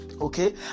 Okay